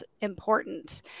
important